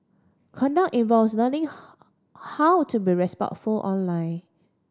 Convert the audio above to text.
conduct involves learning how to be respectful online